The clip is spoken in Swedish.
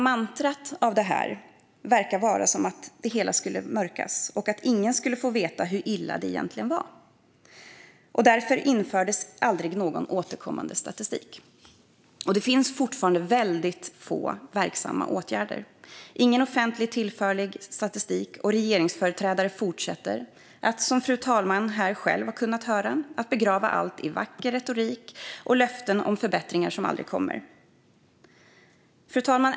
Mantrat verkar vara att det hela skulle mörkas och att ingen skulle få veta hur illa det egentligen var. Därför fördes aldrig någon återkommande statistik, och det finns fortfarande väldigt få verksamma åtgärder. Det finns ingen offentlig, tillförlitlig statistik, och regeringsföreträdare fortsätter, som fru talman här själv kan höra, att begrava allt i vacker retorik och löften om förbättringar som aldrig kommer. Fru talman!